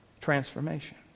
transformation